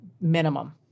minimum